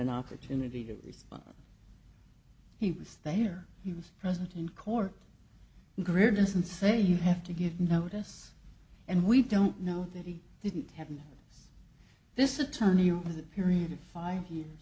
an opportunity to respond he was there he was present in court greer doesn't say you have to give notice and we don't know that he didn't happen to us this attorney was a period of five years